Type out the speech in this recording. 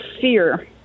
fear